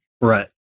Right